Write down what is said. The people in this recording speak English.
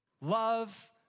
love